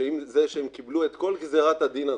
שעם זה שהם קיבלו את כל גזירת הדין הזאת,